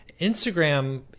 Instagram